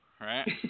right